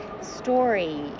story